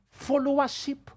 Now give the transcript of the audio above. followership